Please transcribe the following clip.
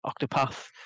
octopath